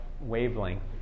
wavelength